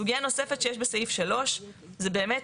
סוגיה נוספת שיש בסעיף 3 זה באמת